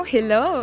Hello